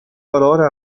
valore